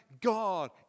God